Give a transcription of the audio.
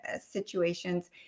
situations